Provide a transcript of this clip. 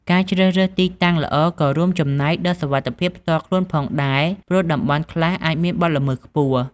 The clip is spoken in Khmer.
ការជ្រើសរើសទីតាំងល្អ ក៏រួមចំណែកដល់សុវត្ថិភាពផ្ទាល់ខ្លួនផងដែរ ព្រោះតំបន់ខ្លះអាចមានបទល្មើសខ្ពស់។